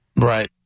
Right